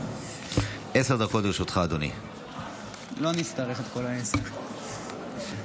ראשונה לוועדת החוקה, חוק ומשפט.